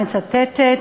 אני מצטטת: